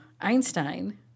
Einstein